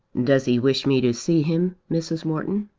does he wish me to see him, mrs. morton?